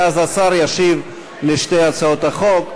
ואז השר ישיב על שתי הצעות החוק.